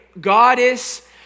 goddess